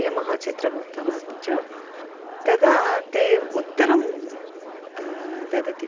यमः चित्रगुप्तः च तदा ते उत्तरं ददाति